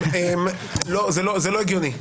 לא, זה לא הגיוני.